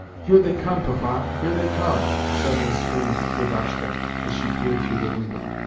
here they come, papa! here they come! suddenly screamed lubotshka as she peered through the window.